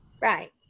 Right